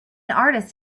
artist